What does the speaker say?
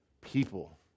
people